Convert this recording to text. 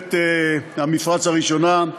במלחמת המפרץ הראשונה,